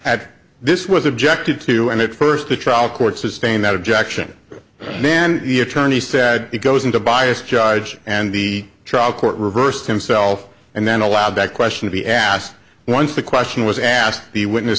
had this was objected to and at first the trial court sustained that objection and then the attorney said it goes into biased judge and the trial court reversed himself and then allowed that question to be asked once the question was asked the witness